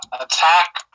Attack